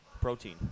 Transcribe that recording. Protein